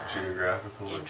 geographical